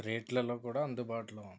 రేట్లలలో కూడా అందుబాటులో ఉంది